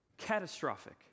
Catastrophic